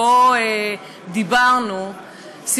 דיברנו שם,